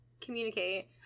communicate